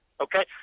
okay